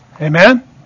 Amen